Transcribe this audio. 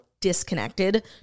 disconnected